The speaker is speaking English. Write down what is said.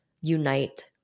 unite